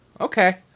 Okay